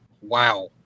wow